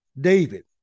David